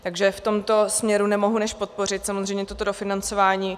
Takže v tomto směru nemohu než podpořit samozřejmě toto dofinancování.